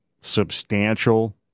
substantial